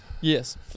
Yes